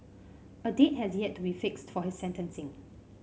a date has yet to be fixed for his sentencing